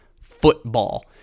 Football